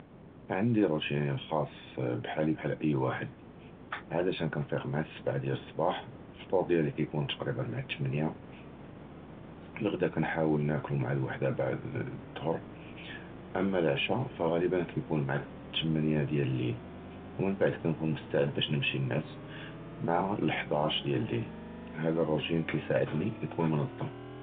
עַנְדִי רוּטִינִי אֶל-חַאס בְּחָאלִי בְּחַאל אִי וַחַד, עָדָה כַנִּפִּיק עַל סַבְּעָה דִיָּאל צְּבָּח, פֻּתוּר דִיָּאלִי כִּיּוּן תַּקְרִיבָּה עַל תְּסְמָאנִיָּה, אֶל-עַדָ'א כַנִּחַאוּל נָאכְּלוּ עַל אֶל-וַחְדָה בְּאַחַד אֶל-צְּפַר, אַמָּא אֶל-עַשָּׁאא פַּלַאק יִכּוּן עַל תְּסְמָאנִיָּה דִיָּאל אֶל-לַיְל, וּמִן בְּעָדַה כַנִּכּוּן מֻסְתַעִד בְּשַּׁא נִמְשִי נִנְעַס עִם אֶל-חַדַאש דִיָּאל אֶל-לַיְל. הַאֻוּ רוּטִינִי כַיֻּסְעִדְנִי וְיִכּוּן מֻנַזְּם.